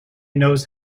knows